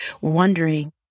wondering